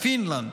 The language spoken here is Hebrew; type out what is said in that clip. פינלנד,